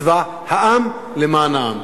צבא העם למען העם.